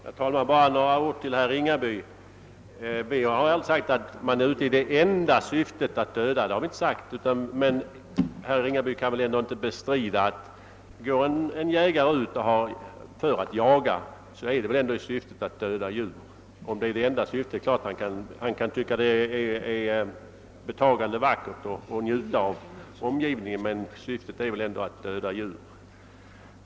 Herr talman! Bara några ord till herr Ringaby. Jag har inte sagt att man är ute i det enda syftet att döda. Men herr Ringaby kan väl inte bestrida att går en jägare ut för att jaga är det väl ändå i syfte att döda djur. Han kan ju samtidigt tycka att det är betagande vackert och njuta av omgivningen, men syftet är ändå att döda djur.